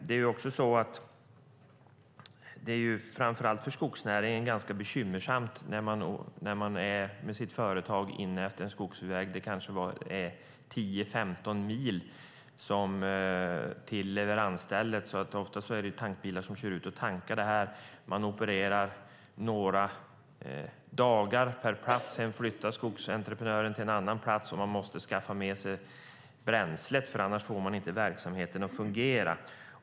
Det är ganska bekymmersamt framför allt för skogsnäringen. Man kan ju vara på en skogsväg där det är kanske 10-15 mil till leveransstället. Ofta kör tankbilar ut och tankar. Men man opererar några dagar på en plats. Sedan flyttar skogsentreprenören till en annan plats och måste då skaffa sig bränsle. Annars får man inte verksamheten att fungera.